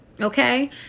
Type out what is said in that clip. Okay